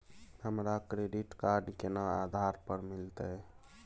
हमरा credit card केना आधार पर मिलते?